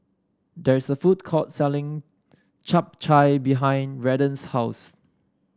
there is a food court selling Chap Chai behind Redden's house